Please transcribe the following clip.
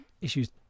issues